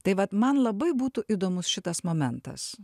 tai vat man labai būtų įdomus šitas momentas